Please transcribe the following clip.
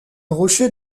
rocher